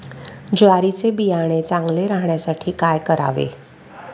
ज्वारीचे बियाणे चांगले राहण्यासाठी काय करावे?